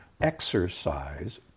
exercise